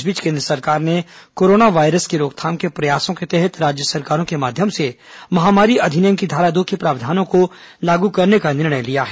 इस बीच केन्द्र सरकार ने कोरोना वायरस की रोकथाम के प्रयासों के तहत राज्य सरकारों के माध्यम से महामारी अधिनियम की धारा दो के प्रावधानों को लागू करने का निर्णय लिया है